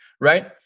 right